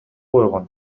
койгон